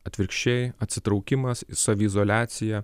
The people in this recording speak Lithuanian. atvirkščiai atsitraukimas į saviizoliaciją